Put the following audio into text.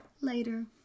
Later